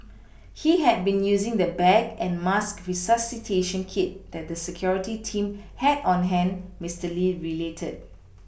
he had been using the bag and mask resuscitation kit that the security team had on hand Mister Lee related